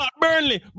Burnley